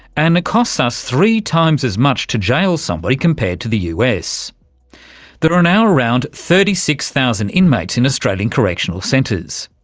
and it costs us three times as much to jail somebody compared to the us. there are now around thirty six thousand inmates in australian correctional centres.